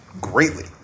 greatly